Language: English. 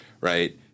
right